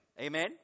Amen